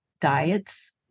diets